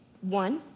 One